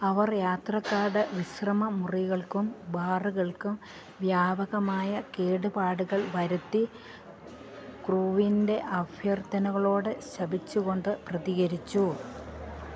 അവർ യാത്രക്കാരുടെ വിശ്രമമുറികൾക്കും ബാറുകൾക്കും വ്യാപകമായ കേടുപാടുകൾ വരുത്തി ക്രൂവിൻ്റെ അഭ്യർത്ഥനകളോട് ശപിച്ചുകൊണ്ട് പ്രതികരിച്ചു